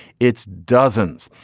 it's dozens.